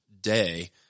day